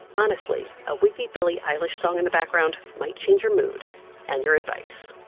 honestly, a weepy billie eilish song in the background might change your mood and your advice.